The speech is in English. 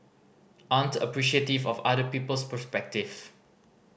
aren't appreciative of other people's perspective